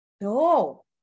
no